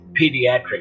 pediatric